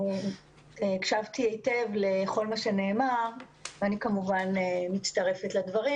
הקשבתי היטב לכל מה שנאמר ואני כמובן מצטרפת לדברים.